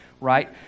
right